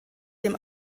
dem